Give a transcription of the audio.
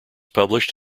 published